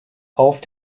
auf